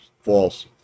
false